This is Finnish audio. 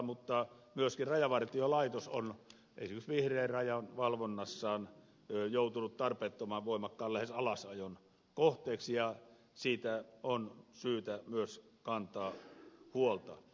mutta myöskin rajavartiolaitos on esimerkiksi vihreän rajan valvonnassaan joutunut tarpeettoman voimakkaan lähes alasajon kohteeksi ja siitä on syytä myös kantaa huolta